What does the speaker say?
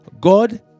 God